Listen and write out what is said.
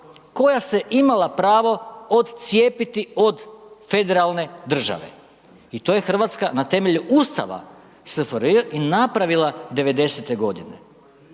koja se imala pravo odcijepiti od federalne države i to je RH na temelju ustava SFRJ i napravila 90.-te godine,